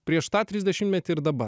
prieš tą trisdešimtmetį ir dabar